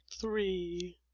three